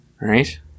Right